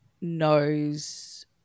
knows –